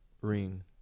ring